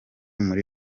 muri